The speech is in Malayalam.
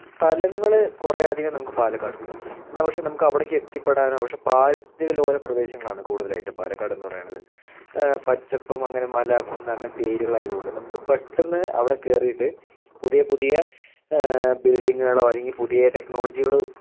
സ്ഥലങ്ങള് കുറെ അധികം നമുക്ക് പാലക്കാടുണ്ട് എന്നാൽ പക്ഷേ നമുക്ക് അവിടേക്കെത്തിപ്പെടാനോ പക്ഷേ പാരിസ്ഥിതികലോല പ്രദേശങ്ങളാണ് കൂടുതലായിട്ടും പാലക്കാട് എന്ന് പറയണത് പച്ചപ്പും അങ്ങനെ മല കുന്ന് അങ്ങനെത്തെ ഏരിയകളായതുകൊണ്ട് നമുക്ക് പെട്ടെന്ന് അവിടെ കേറിയിട്ട് പുതിയ പുതിയ ബിൾഡിങ്ങുകളോ അല്ലെങ്കിൽ പുതിയ ടെക്നോളജികള്